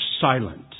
silent